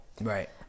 Right